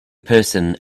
person